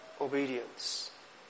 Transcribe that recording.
obedience